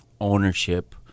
ownership